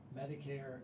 Medicare